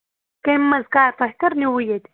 کَمہِ منٛز کَر تۄہہِ کٔر نیٚووٕ ییٚتہِ